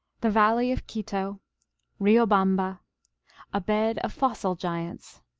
the valley of quito riobamba a bed of fossil giants.